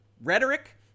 rhetoric